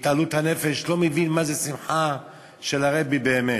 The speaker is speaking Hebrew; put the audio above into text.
בהתעלות הנפש, לא מבין מה זו שמחה של הרבי באמת.